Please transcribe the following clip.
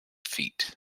feet